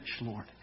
Lord